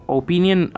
opinion